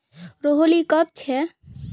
लोहड़ी कब छेक